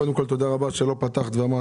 קודם כול תודה רבה על כך שלא פתחת ואמרת